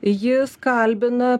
jis kalbina